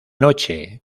noche